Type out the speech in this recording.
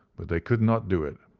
but they could not do it.